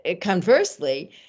conversely